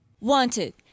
Wanted